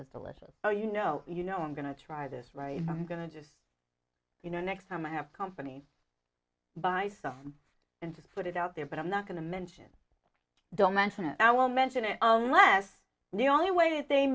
is delicious oh you know you know i'm going to try this right i'm going to just you know next time i have company buy stuff and put it out there but i'm not going to mention don't mention it i won't mention it unless the only way that they